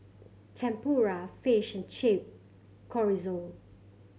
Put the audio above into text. Tempura Fish Chip Chorizo